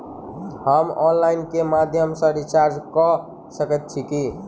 हम ऑनलाइन केँ माध्यम सँ रिचार्ज कऽ सकैत छी की?